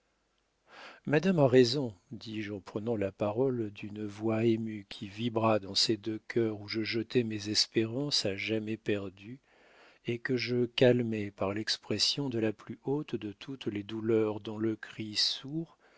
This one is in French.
madame a raison dis-je en prenant la parole d'une voix émue qui vibra dans ces deux cœurs où je jetai mes espérances à jamais perdues et que je calmai par l'expression de la plus haute de toutes les douleurs dont le cri sourd